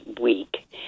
week